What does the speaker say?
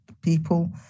people